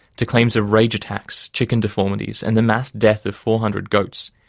to claims of rage attacks, chicken deformities and the mass death of four hundred goats,